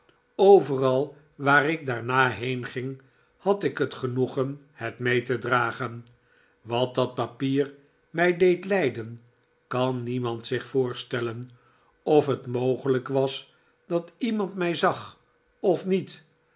overal waar ik daarna heenging had ik het genoegen het mee te dragen wat dat papier mij deed lijden kan niemand zich voorstellen of het mogelijk was dat iemand mij zag of niet